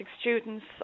students